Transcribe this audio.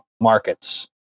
markets